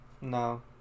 No